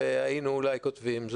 והיינו אולי כותבים.